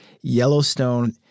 Yellowstone